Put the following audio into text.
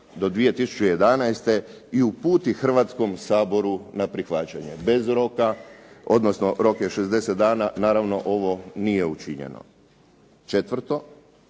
do 2011. i uputi Hrvatskom saboru na prihvaćanje." Bez roka, odnosno rok je 60 dana. Naravno ovo nije učinjeno. Četvrto,